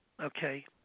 okay